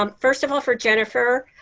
um first of all for jennifer,